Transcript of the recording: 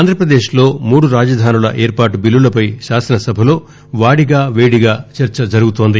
ఆంధ్రప్రదేశ్లో మూడు రాజధానుల ఏర్పాటు బిల్లులపై శాసనసభలో వాడిగా వేడిగా చర్చ జరుగుతోంది